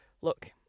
look